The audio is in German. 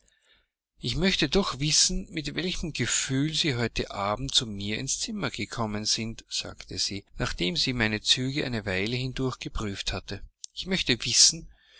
ich möchte doch wissen mit welchen gefühlen sie heute abend zu mir ins zimmer gekommen sind sagte sie nachdem sie meine züge eine weile hin durchgeprüft hatte ich möchte wissen